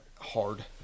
hard